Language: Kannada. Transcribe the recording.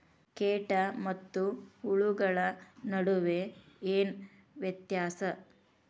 ಕೇಟ ಮತ್ತು ಹುಳುಗಳ ನಡುವೆ ಏನ್ ವ್ಯತ್ಯಾಸ?